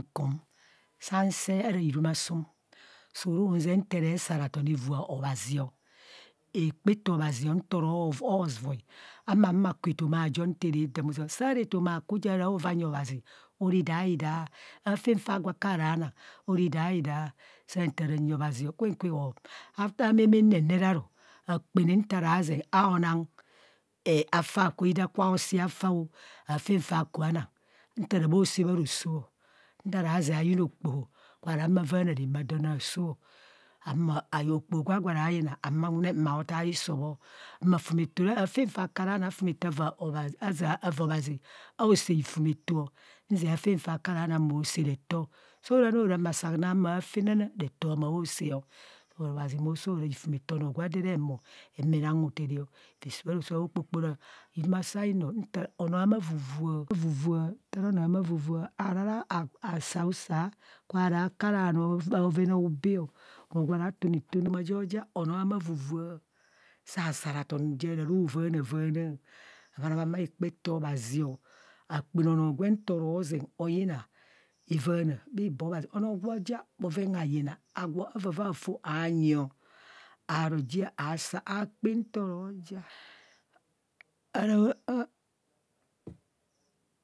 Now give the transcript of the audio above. Saa nsee ara hirumasum suru zeb nte re saraton avua obhazi, hekpa eto obhazio ntorovai maa humo aku etoma ajo nte re dam ọ. Ozama sarạạ etoma aku jaraa ovaa nyi obhazi ora idaidaa, afen faa gwa kaara nang ora idaidaa. Saa taro nyi obhazio kwen kwen after ameme nen ne ra ru, akpạnạ nta zeng aenang hafa gwo either akubho aosi afa o aafen fa kuba nang nta ara bhose bharosoọ nta ra zeng ayina okpoho gwa humo vaana ramadon aasoọ ayeny okpoho gwa gwo rayina awunawune maa o taa hiso bho ma fumeto re, afen taa kara nang afumeto avaa obhazi aosa reto. Sao ra ni ora masaa nang afenana reto hamaa osa ọ obhazi mo soo ra hifumeto o9nọọ gwa odo ere humo humo enang hothere ọ bha roso aokpokpora. heruma sèa aino, onoo hạmạ vuvua, havuvua, nta ara onọọ hama vuvua, sasa raton ja ton itune etoma jo ja onọọ hama vuvua, sasa raton ja ra ro vanaa vaana ebhanabhan bhahekpeto abhazio akpana onọọ gwe ntoro zeng oyina avạạna bhibo obhazio, omọọ gwa ja bhoren hayina aguro avava afo oanyiọ aro jie asa aakpa ntoro ja